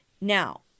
Now